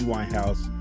Winehouse